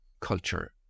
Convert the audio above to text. culture